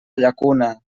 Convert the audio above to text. llacuna